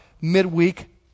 midweek